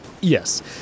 Yes